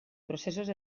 processos